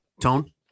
Tone